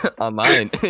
Online